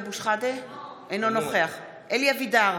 אינו נוכח אלי אבידר,